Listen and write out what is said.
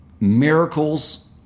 miracles